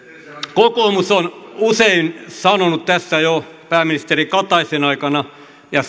kokoomus on usein sanonut jo pääministeri kataisen aikana ja